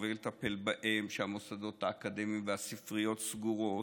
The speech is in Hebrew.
ולטפל בהם בזמן שהמוסדות האקדמיים והספריות סגורים